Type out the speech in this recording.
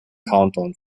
countdown